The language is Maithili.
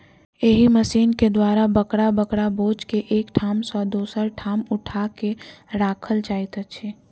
एहि मशीन के द्वारा बड़का बड़का बोझ के एक ठाम सॅ दोसर ठाम उठा क राखल जाइत अछि